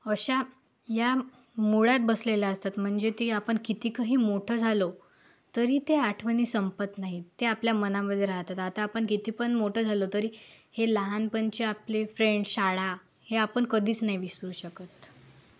अशा या मुळात बसलेल्या असतात म्हणजे ते आपण कितीकंही मोठं झालो तरी त्या आठवणी संपत नाहीत त्या आपल्या मनामध्ये राहतात आता आपण कितीपण मोठं झालो तरी हे लहानपणचे आपले फ्रेंड्स शाळा हे आपण कधीच नाही विसरू शकत